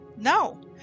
No